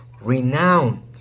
renowned